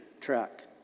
track